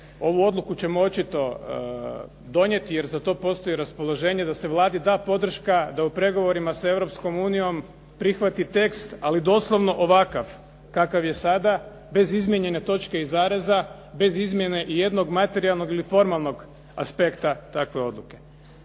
ovu odluku ćemo očito donijeti, jer za to postoji raspoloženje da se Vladi da podrška da u pregovorima sa Europskom unijom prihvati tekst, ali doslovno ovakav kakav je sada, bez izmijenjene točke i zareza, bez izmjene ijednog materijalnog ili formalnog aspekta takve odluke.